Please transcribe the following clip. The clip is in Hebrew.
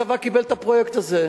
הצבא קיבל את הפרויקט הזה.